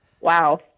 Wow